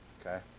Okay